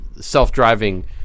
self-driving